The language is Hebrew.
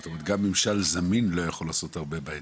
זאת אומרת גם ממשל זמין לא יכול לעשות הרבה בהיתר.